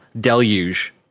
deluge